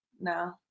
No